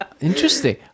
interesting